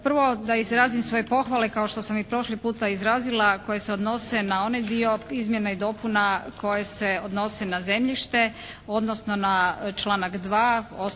prvo da izrazim svoje pohvale kao što sam i prošli puta izrazila koje se odnose na onaj dio izmjena i dopuna koje se odnose na zemljište odnosno na članak 2.,